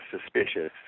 suspicious